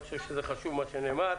אני חושב שזה חשוב מה שנאמר.